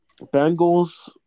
Bengals